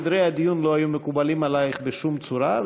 סדרי הדיון לא היו מקובלים עלייך בשום צורה,